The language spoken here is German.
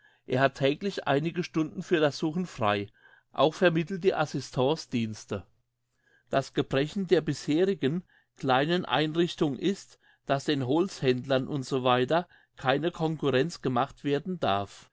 er hat täglich einige stunden für das suchen frei auch vermittelt die assistance dienste das gebrechen der bisherigen kleinen einrichtung ist dass den holzhändlern etc keine concurrenz gemacht werden darf